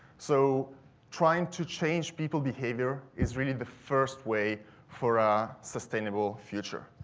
so trying to change people behavior is really the first way for a sustainable future.